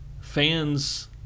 fans